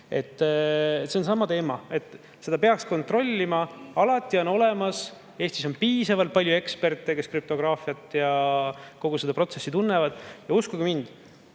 See on sama teema. Seda peaks kontrollima [eksperdid]. Eestis on piisavalt palju eksperte, kes krüptograafiat ja kogu seda protsessi tunnevad. Uskuge mind,